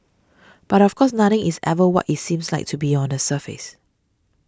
but of course nothing is ever what it seems like to be on the surface